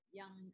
yang